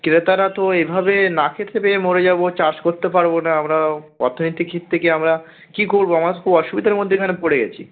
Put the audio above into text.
ক্রেতারা তো এভাবে না খেতে পেয়ে মরে যাবো চাষ করতে পারবো না আমরাও অর্থনৈতিক ক্ষেত্রে কী আমরা কী করবো আমরা খুব অসুবিধার মধ্যে এখানে পড়ে গেছি